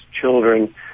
children